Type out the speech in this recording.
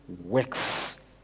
works